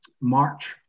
March